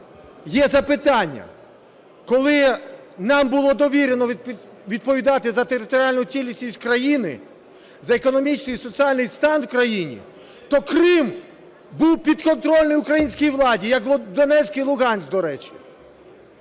є запитання. Коли нам було довірено відповідати за територіальну цілісність країни, за економічний і соціальний стан в країні, то Крим був підконтрольний українській владі, як Донецьк і Луганськ, до речі.